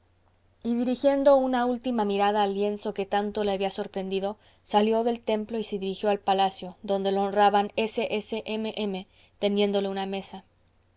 y dirigiendo una última mirada al lienzo que tanto le había sorprendido salió del templo y se dirigió a palacio donde lo honraban ss mm teniéndole a la mesa